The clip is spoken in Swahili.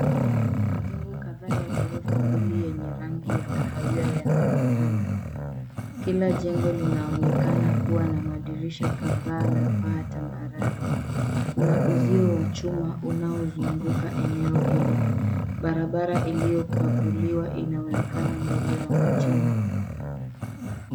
Majengo kadhaa ya gorofa mbili yenye rangi ya kahawia yanaonekana. Kila jengo linaonekana kuwa na madirisha kadhaa na paa tambarare. Kuna uzio wa chuma unaozunguka eneo hilo. Barabara iliyo pavuliwa inaonekana mbele ya majengo.